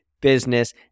business